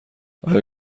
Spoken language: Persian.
آیا